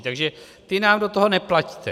Takže ty nám do toho nepleťte.